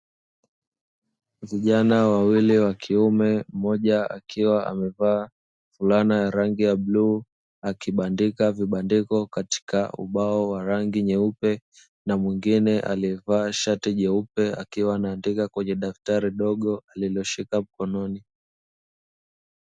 Vijana wawili wa kiume moja akiwa amevaa fulana ya rangi ya bluu, akibandika vibandiko katika ubao wa rangi nyeupe na mwingine aliyevaa sharti jeupe akiwa anaandika kwenye daftari dogo aliloshika mkononi.